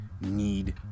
need